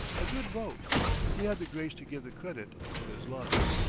a good boat he had the grace to give the credit to his luck.